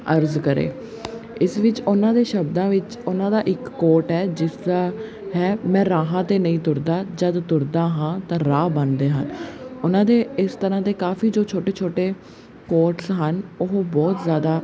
ਅਰਜ ਕਰੇ ਇਸ ਵਿੱਚ ਉਹਨਾਂ ਦੇ ਸ਼ਬਦਾਂ ਵਿੱਚ ਉਹਨਾਂ ਦਾ ਇੱਕ ਕੋਟ ਹੈ ਜਿਸਦਾ ਹੈ ਮੈਂ ਰਾਹਾਂ 'ਤੇ ਨਹੀਂ ਤੁਰਦਾ ਜਦ ਤੁਰਦਾ ਹਾਂ ਤਾਂ ਰਾਹ ਬਣਦੇ ਹਨ ਉਹਨਾਂ ਦੇ ਇਸ ਤਰ੍ਹਾਂ ਦੇ ਕਾਫੀ ਜੋ ਛੋਟੇ ਛੋਟੇ ਕੋਟਸ ਹਨ ਉਹ ਬਹੁਤ ਜ਼ਿਆਦਾ